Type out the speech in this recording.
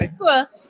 Cool